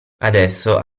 adesso